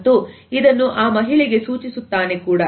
ಮತ್ತು ಇದನ್ನು ಆ ಮಹಿಳೆಗೆ ಸೂಚಿಸುತ್ತಾನೆ ಕೂಡ